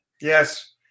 Yes